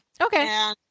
Okay